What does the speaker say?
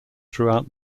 throughout